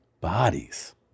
bodies